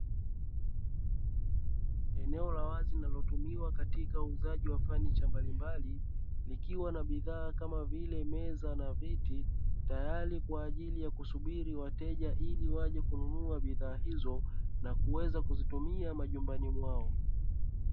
Eneo la wazi linalotumiwa katika uuzaji wa fanicha mbalimbali likiwa na bidhaa kama vile meza, na viti. Tayari kwa ajili ya kusubiri wateja ili waje kununua bidhaa hizo na kuweza kuzitumia majumbani mwao.